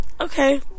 okay